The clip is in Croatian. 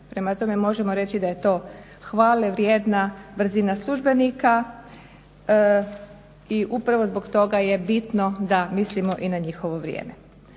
Prema tome, možemo reći da je to hvalevrijedna brzina službenika i upravo zbog toga je bitno da mislimo i na njihovo vrijeme.